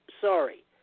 Sorry